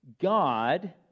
God